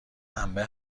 انبه